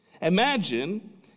Imagine